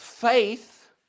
Faith